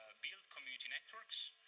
build community networks,